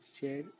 share